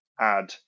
add